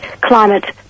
climate